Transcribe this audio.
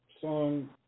song